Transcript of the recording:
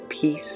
peace